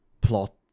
plot